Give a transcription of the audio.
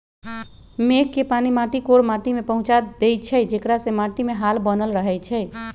मेघ के पानी माटी कोर माटि में पहुँचा देइछइ जेकरा से माटीमे हाल बनल रहै छइ